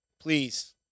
Please